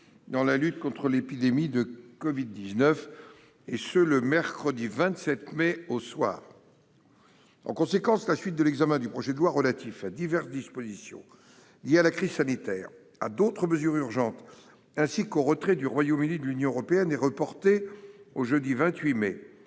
la lutte contre l'épidémie de Covid-19, mercredi 27 mai, le soir. En conséquence, la suite de l'examen du projet de loi relatif à diverses dispositions liées à la crise sanitaire, à d'autres mesures urgentes ainsi qu'au retrait du Royaume-Uni de l'Union européenne est reportée au jeudi 28 mai,